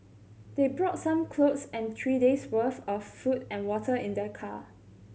they brought some clothes and three days' worth of food and water in their car